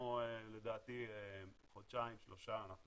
לדעתי חודשיים-שלושה אנחנו